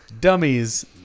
Dummies